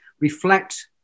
reflect